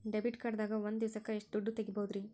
Debit card ದಾಗ ಒಂದ್ ದಿವಸಕ್ಕ ಎಷ್ಟು ದುಡ್ಡ ತೆಗಿಬಹುದ್ರಿ?